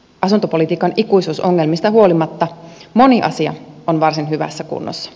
asuntopolitiikan ikuisuusongelmista huolimatta moni asia on varsin hyvässä kunnossa